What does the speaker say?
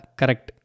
correct